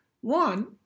One